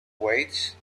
weights